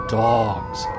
dogs